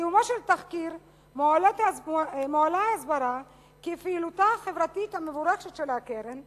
בסיומו של התחקיר מועלית הסברה כי פעילותה החברתית המבורכת של הקרן,